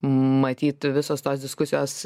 matyt visos tos diskusijos